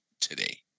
today